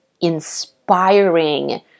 inspiring